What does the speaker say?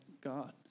God